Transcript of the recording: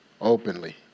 openly